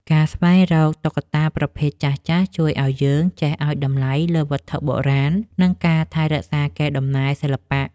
ការស្វែងរកតុក្កតាប្រភេទចាស់ៗជួយឱ្យយើងចេះឱ្យតម្លៃលើវត្ថុបុរាណ និងការថែរក្សាកេរដំណែលសិល្បៈ។